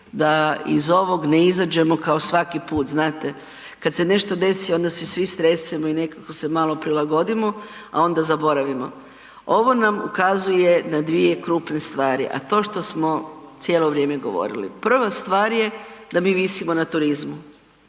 da iz ovoga ne izađemo kao svaki put. Znate kada se nešto desi onda se svi stresemo i nekako se malo prilagodimo, a onda zaboravimo. Ovo nam ukazuje na dvije krupne stvari, a to što smo cijelo vrijeme govorili. Prva stvar je da mi visimo na turizmu